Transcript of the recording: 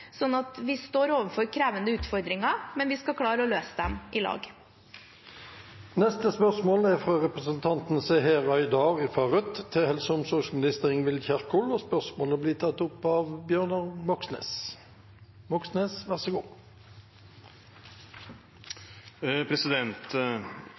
vi står overfor krevende utfordringer, men vi skal klare å løse dem i lag. Neste spørsmål er fra representanten Seher Aydar til helse- og omsorgsminister Ingvild Kjerkol, og spørsmålet blir tatt opp av Bjørnar Moxnes.